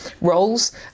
roles